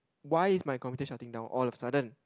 why is my computer shutting down all of sudden